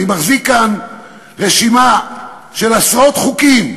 אני מחזיק כאן רשימה של עשרות חוקים.